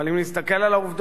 אבל אם נסתכל על העובדות,